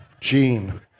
Gene